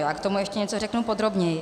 Já k tomu ještě něco řeknu podrobněji.